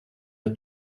the